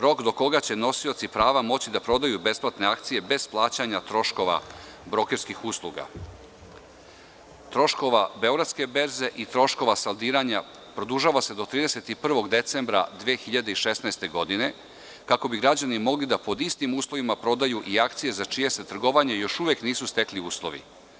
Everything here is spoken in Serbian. Rok do koga će podnosioci moći da prodaju besplatne akcije bez plaćanja troškova brokerskih usluga, troškova Beogradske berze i troškova saldiranja produžava se do 31. decembra 2016. godine, kako bi građani mogli da pod istim uslovima prodaju i akcije za čije se trgovanje još uvek nisu stekli uslovi.